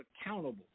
accountable